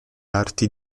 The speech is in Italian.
arti